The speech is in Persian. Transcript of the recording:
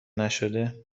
نشده